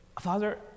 Father